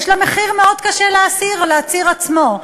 יש לה מחיר מאוד קשה לעציר, לעציר עצמו,